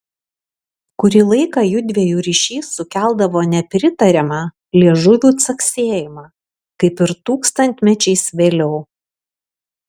kurį laiką jųdviejų ryšys sukeldavo nepritariamą liežuvių caksėjimą kaip ir tūkstantmečiais vėliau